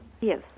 Yes